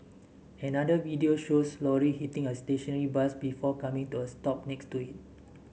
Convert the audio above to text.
another video shows lorry hitting a stationary bus before coming to a stop next to it